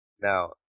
Now